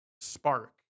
spark